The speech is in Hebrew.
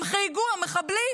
הם חייגו, המחבלים